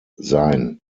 sein